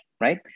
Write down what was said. right